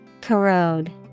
Corrode